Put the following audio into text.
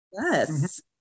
Yes